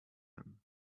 him